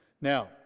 Now